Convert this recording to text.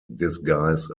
disguise